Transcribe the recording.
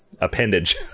appendage